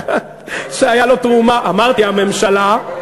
התחלת לדבר על עצמך בגוף שלישי.